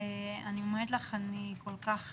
ואני כל כך